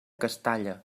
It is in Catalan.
castalla